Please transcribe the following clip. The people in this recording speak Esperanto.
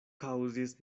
kaŭzis